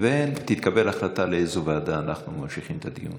ותתקבל החלטה באיזו ועדה אנחנו ממשיכים את הדיון.